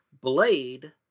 Blade